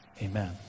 Amen